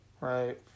Right